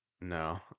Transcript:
no